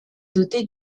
dotée